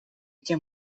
тем